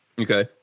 Okay